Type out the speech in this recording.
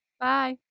Bye